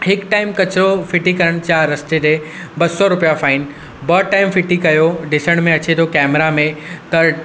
हिकु टाइम किचिरो फिटी करणु चा रस्ते ते ब सौ रुपिया फाइन ॿ टाइम फिटी कयो ॾिसण में अचे थो कैमरा में त